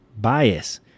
bias